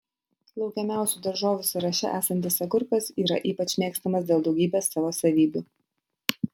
laukiamiausių daržovių sąraše esantis agurkas yra ypač mėgstamas dėl daugybės savo savybių